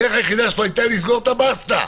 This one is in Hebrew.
הדרך היחידה שלו הייתה לסגור את הבסטה,